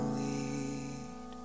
lead